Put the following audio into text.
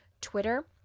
Twitter